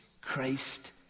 Christ